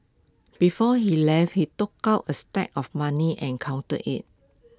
before he left he took out A stack of money and counted IT